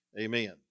amen